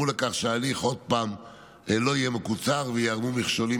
לכך שההליך שוב לא יהיה מקוצר וייערמו מכשולים